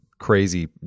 crazy